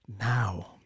now